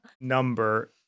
Number